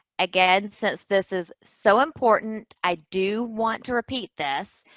again, since this is so important, i do want to repeat this.